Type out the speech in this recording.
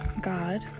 God